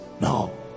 no